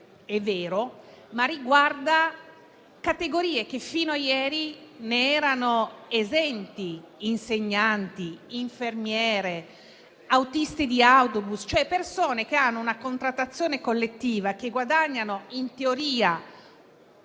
è vero, ma riguarda categorie che fino a ieri ne erano esenti: insegnanti, infermieri, autisti di autobus, cioè persone che hanno una contrattazione collettiva e che guadagnano in teoria